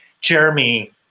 Jeremy